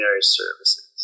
services